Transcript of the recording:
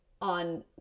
on